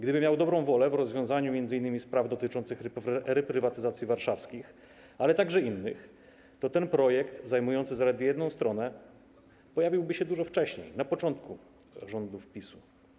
Gdyby miał dobrą wolę, by rozwiązać m.in. sprawy dotyczące reprywatyzacji warszawskich, ale także innych, to ten projekt zajmujący zaledwie jedną stronę, pojawiłby się dużo wcześniej, bo na początku rządów PiS-u.